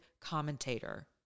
commentator